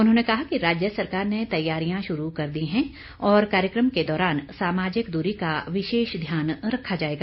उन्होंने कहा कि राज्य सरकार ने तैयारियां शुरू कर दी हैं और कार्यक्रम के दौरान सामाजिक दूरी का विशेष ध्यान रखा जाएगा